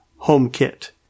HomeKit